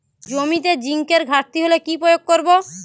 জমিতে জিঙ্কের ঘাটতি হলে কি প্রয়োগ করব?